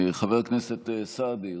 חבר הכנסת סעדי,